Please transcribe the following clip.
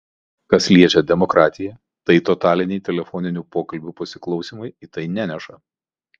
kas liečia demokratiją tai totaliniai telefoninių pokalbių pasiklausymai į tai neneša